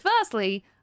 firstly